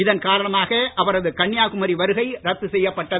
இதன் காரணமாக அவரது கன்னியாகுமரி வருகை ரத்து செய்யப்பட்டது